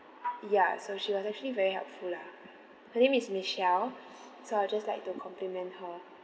ya so she was actually very helpful lah her name is michelle so I'll just like to compliment her